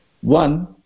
One